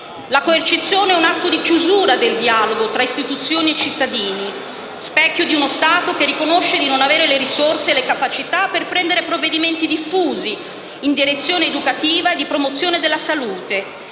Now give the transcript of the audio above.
La coercizione è un atto di chiusura del dialogo tra istituzioni e cittadini, specchio di uno Stato che riconosce di non avere le risorse e le capacità per prendere provvedimenti diffusi in direzione educativa e di promozione della salute,